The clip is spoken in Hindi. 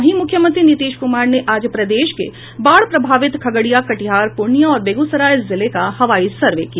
वहीं मुख्यमंत्री नीतीश कुमार ने आज प्रदेश के बाढ़ प्रभावित खगड़िया कटिहार पूर्णियां और बेगूसराय जिले का हवाई सर्वे किया